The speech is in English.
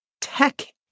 tech